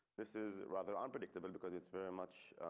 this is rather unpredictable because it's very much